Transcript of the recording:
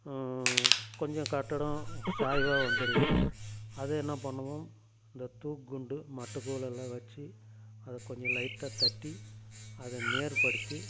கொஞ்சம் கட்டிடம் சாய்வாக வந்துருது அதை என்ன பண்ணுவோம் இந்த தூக்குண்டு மட்டை கோலெல்லாம் வச்சு அதை கொஞ்சம் லைட்டாக தட்டி அதை நேர்படுத்தி